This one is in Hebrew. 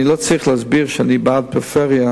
אני לא צריך להסביר שאני בעד הפריפריה.